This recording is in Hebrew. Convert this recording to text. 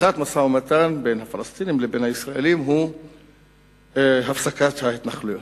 לפתיחת משא-ומתן בין הפלסטינים לבין הישראלים הוא הפסקת ההתנחלויות.